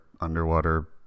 underwater